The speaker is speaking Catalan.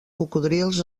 cocodrils